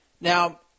Now